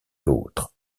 l’autre